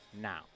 now